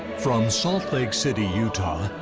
from salt lake city, utah,